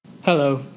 Hello